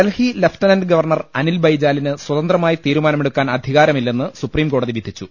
Delhi lieutenant governor Anil ബൈജാലിന് സ്വതന്ത്രമായി തീരുമാനമെടുക്കാൻ അധികാരമില്ലെന്ന് സുപ്രീംകോ ടതി വിധിച്ചു